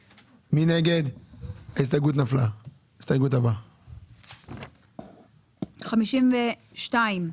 הסתייגות מספר 10. בסעיף 52,